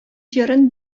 җырын